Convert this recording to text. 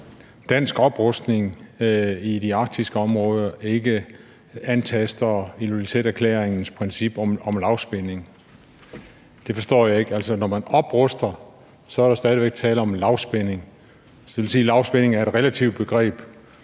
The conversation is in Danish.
dansk oprustning i de arktiske områder ikke antaster Ilulissaterklæringens princip om lavspænding. Det forstår jeg ikke – altså at når man opruster, er der stadig væk tale om lavspænding. Det vil altså sige, at lavspænding er et relativt begreb.